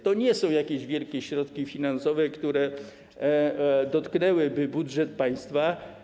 To nie są jakieś wielkie środki finansowe, które dotknęłyby budżet państwa.